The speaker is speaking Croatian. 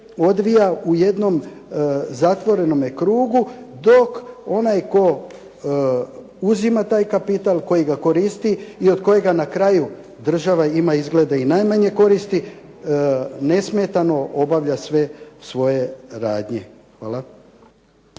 odvija u jednom zatvorenom krugu, dok onaj tko uzima taj kapital, koji ga koristi i od kojega na kraju država ima izgleda najmanje koristi, ne smetano obavlja sve svoje radnje.